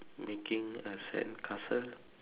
making a sandcastle